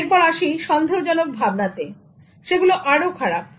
এরপর আসি সন্দেহজনক ভাবনাতে সেগুলো আরও খারাপ